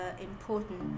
important